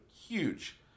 Huge